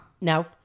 no